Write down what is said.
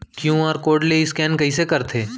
QR code ले scan कइसे करथे?